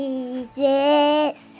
Jesus